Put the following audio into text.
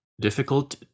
difficult